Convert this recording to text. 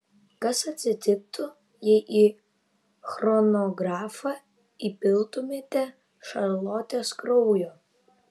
kas atsitiktų jei į chronografą įpiltumėte šarlotės kraujo